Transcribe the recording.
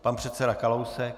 Pan předseda Kalousek.